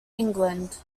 england